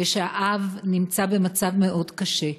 והאב במצב מאוד קשה,